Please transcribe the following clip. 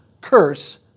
curse